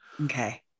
Okay